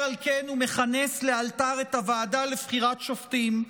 על כן הוא מכנס לאלתר את הוועדה לבחירת שופטים,